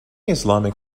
islamic